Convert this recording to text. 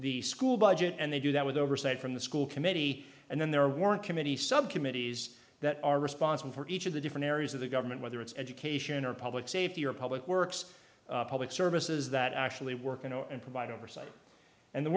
the school budget and they do that with oversight from the school committee and then there weren't committee subcommittees that are responsible for each of the different areas of the government whether it's education or public safety or public works public services that actually work and provide oversight and the